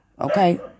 okay